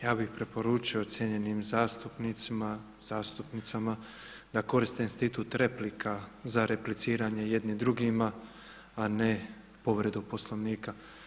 Ja bih preporučio cijenjenim zastupnicima, zastupnicama da koriste institut replika za repliciranje jedni drugima a ne povredu Poslovnika.